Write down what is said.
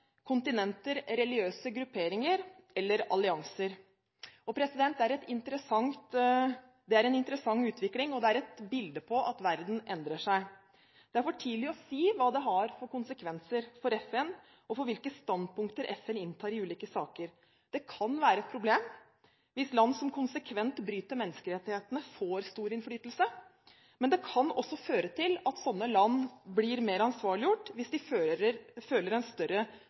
kontinenter, religiøse grupperinger eller allianser. Det er en interessant utvikling, og det er et bilde på at verden endrer seg. Det er for tidlig å si hva det har for konsekvenser for FN, og for hvilke standpunkter FN inntar i ulike saker. Det kan være et problem hvis land som konsekvent bryter menneskerettighetene, får stor innflytelse, men det kan også føre til at sånne land blir mer ansvarliggjort hvis de føler en større